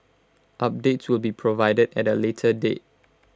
updates will be provided at A later date